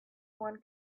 one